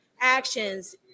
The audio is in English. actions